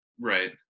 Right